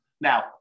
Now